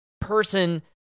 person